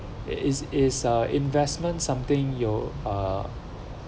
is is uh investment something you are